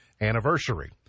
anniversary